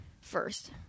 First